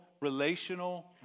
relational